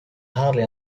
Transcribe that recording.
hardly